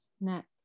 neck